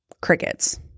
crickets